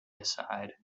aside